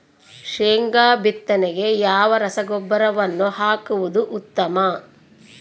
ಶೇಂಗಾ ಬಿತ್ತನೆಗೆ ಯಾವ ರಸಗೊಬ್ಬರವನ್ನು ಹಾಕುವುದು ಉತ್ತಮ?